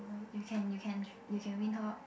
you can you can you can win her